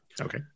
Okay